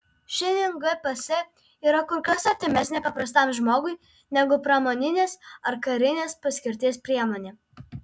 šiandien gps yra kur kas artimesnė paprastam žmogui negu pramoninės ar karinės paskirties priemonė